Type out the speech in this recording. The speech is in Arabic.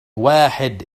واحد